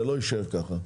זה לא יישאר כך.